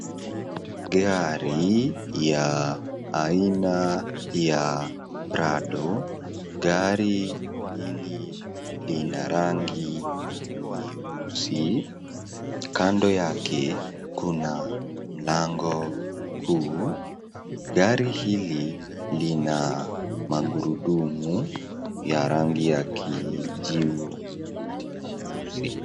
Gari ya aina ya Prado. Gari hili lina rangi nyeusi, kando yake kuna mlango kuu. Gari hili lina magurudumu ya rangi ya kijivu na nyeusi.